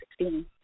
2016